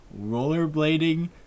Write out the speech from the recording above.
rollerblading